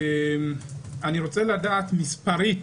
אני רוצה לדעת מספרית